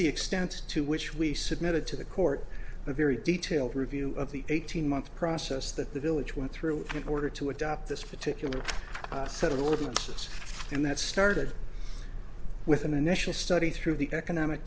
the extent to which we submitted to the court a very detailed review of the eighteen month process that the village went through in order to adopt this particular settlements and that started with an initial study through the economic